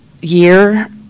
year